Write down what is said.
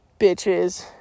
bitches